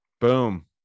Boom